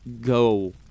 go